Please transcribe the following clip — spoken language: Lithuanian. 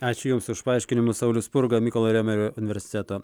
ačiū jums už paaiškinimus saulius spurga mykolo romerio universiteto